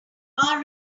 our